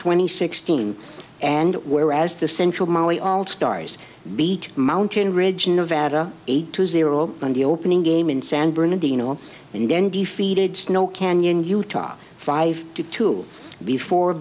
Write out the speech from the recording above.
twenty sixteen and whereas the central mali all stars beat mountain ridge nevada eight to zero in the opening game in san bernardino and then defeated snow canyon utah five to two before